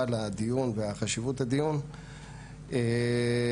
יש דברים ותופעות שאנחנו מתמודדים שלא התמודדנו בעבר,